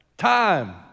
time